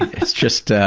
it's just, ah